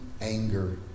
Anger